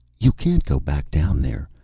you can't go back down there.